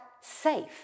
safe